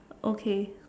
okay